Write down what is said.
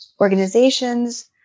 organizations